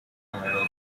numerosa